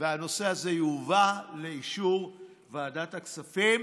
והנושא הזה יובא לאישור ועדת הכספים.